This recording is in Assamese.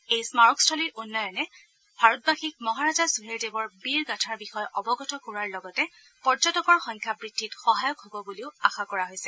এই স্মাৰকস্থলীৰ উন্নয়নে ভাৰতবাসীক মহাৰাজা সুহেলদেৱৰ বীৰ গাথাৰ বিষয়ে অৱগত কৰোৱাৰ লগতে পৰ্যটকৰ সংখ্যা বৃদ্ধিত সহায়ক হ'ব বুলিও আশা কৰা হৈছে